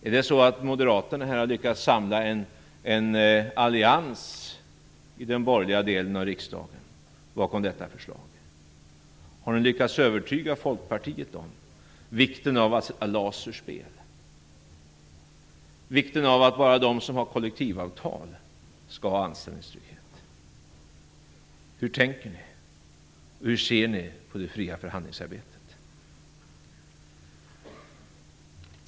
Är det så att Moderaterna lyckats samla en allians i den borgerliga delen av riksdagen bakom detta förslag? Har de lyckats övertyga Folkpartiet om vikten av att LAS sätts ur spel, vikten av att bara de som har kollektivavtal skall ha anställningstrygghet? Hur tänker ni och hur ser ni på det fria förhandlingsarbetet?